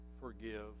forgive